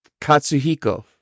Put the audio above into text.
katsuhiko